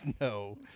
No